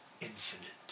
infinite